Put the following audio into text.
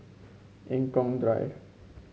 Eng Kong Drive